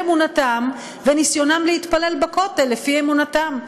אמונתם וניסיונם להתפלל בכותל לפי אמונתם.